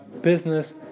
business